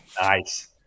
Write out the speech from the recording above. Nice